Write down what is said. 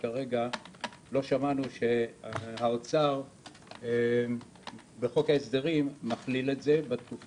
שכרגע לא שמענו שהאוצר מכליל את זה בחוק ההסדרים בתקופה